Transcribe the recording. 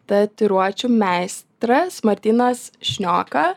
tatuiruočių meistras martynas šnioka